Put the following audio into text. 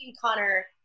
Connor